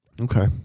Okay